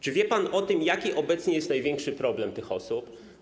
Czy wie pan o tym, jaki obecnie jest największy problem tych osób?